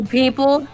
people